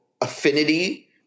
affinity